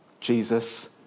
Jesus